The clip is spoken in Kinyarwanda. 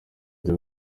njya